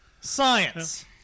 Science